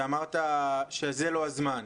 שאמרת שזה לא הזמן.